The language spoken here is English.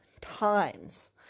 times